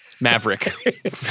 Maverick